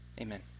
amen